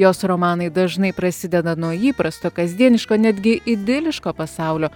jos romanai dažnai prasideda nuo įprasto kasdieniško netgi idiliško pasaulio